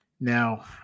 Now